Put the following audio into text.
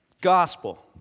Gospel